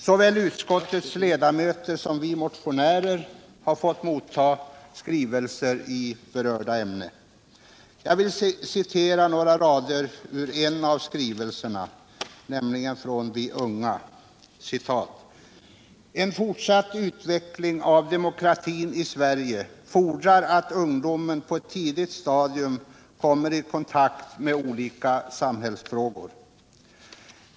Såväl utskottets ledamöter som vi motionärer har fått emotta skrivelser i berörda ämne. Jag vill citera några rader ur en av skrivelserna från Vi unga: ”En fortsatt utveckling av demokratin i Sverige fordrar att ungdomen på ett tidigt stadium kommer i kontakt med olika samhällsfrågor.